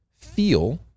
feel